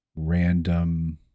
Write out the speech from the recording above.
Random